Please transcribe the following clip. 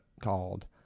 called